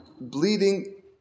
bleeding